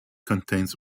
contains